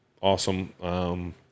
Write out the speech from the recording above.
awesome